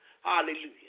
Hallelujah